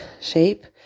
shape